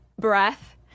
breath